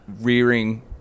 rearing